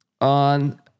on